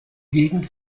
gegend